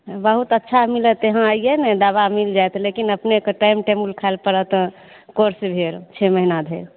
बहुत अच्छा मिलत इहाँ आइए ने दवा मिल जायत लेकिन अपनेक टाइम टेबुल खाइ लए पड़त कोर्स भरि छओ महीना धरि